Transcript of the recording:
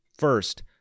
First